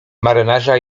marynarza